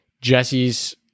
Jesse's